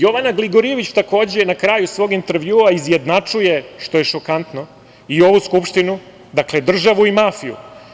Jovana Gligorijević, takođe, na kraju svog intervjua izjednačuje, što je šokantno, i ovu Skupštinu, dakle, državu i mafiju.